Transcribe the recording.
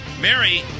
Mary